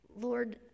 Lord